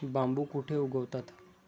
बांबू कुठे उगवतात?